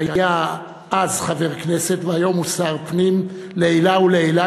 שהיה אז חבר כנסת והיום הוא שר פנים לעילא ולעילא,